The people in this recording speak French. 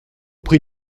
prie